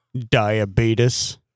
Diabetes